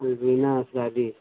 الوینہ عرف راجے